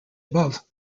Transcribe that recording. above